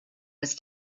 was